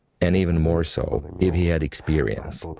and even more so if he had experience.